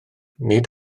nid